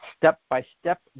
step-by-step